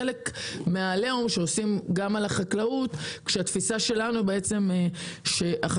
חלק מהעליהום על החקלאות שהתפיסה שלנו --- שר